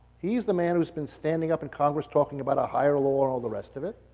he's the man who's been standing up in congress talking about a higher law and all the rest of it.